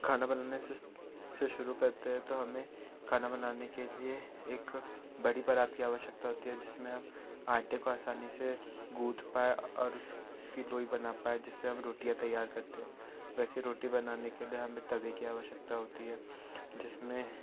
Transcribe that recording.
खाना बनाने से से शुरू करते हैं तो हमें खाना बनाने के लिए एक बड़ी बरात की आवश्यकता होती है जिसमें हम आटे को असानी से गूथ पाए और उसकी लोई बना पाए जिससे हम रोटियाँ तैयार करते हैं वैसे रोटी बनाने के लिए हमें तवे की आवश्यकता होती है जिसमें